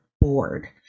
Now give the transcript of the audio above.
board